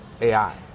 AI